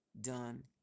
done